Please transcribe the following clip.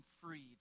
freed